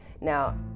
Now